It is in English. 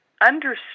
understood